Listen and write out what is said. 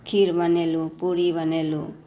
खीर बनेलहुँ पुरी बनेलहुँ